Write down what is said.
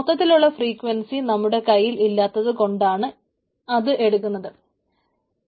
മൊത്തത്തിലുള്ള ഫ്രീക്വൻസി നമ്മുടെ കയ്യിൽ ഇല്ലാത്തതുകൊണ്ടാണ് അത് എടുക്കാത്തത്